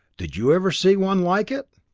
did you ever see one like it?